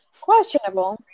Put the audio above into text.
Questionable